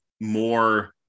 more